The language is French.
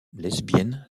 lesbienne